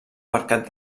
mercat